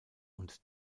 und